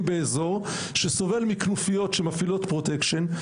באזור שסובל מכנופיות שמפעילות פרוטקשן.